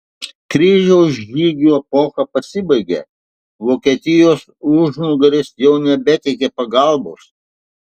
kryžiaus žygių epocha pasibaigė vokietijos užnugaris jau nebeteikė pagalbos